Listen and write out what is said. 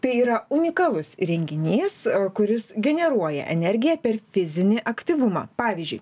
tai yra unikalus įrenginys kuris generuoja energiją per fizinį aktyvumą pavyzdžiui